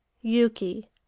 yuki